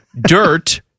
Dirt